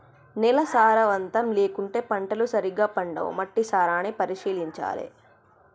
నేల సారవంతం లేకుంటే పంటలు సరిగా పండవు, మట్టి సారాన్ని పరిశీలించాలె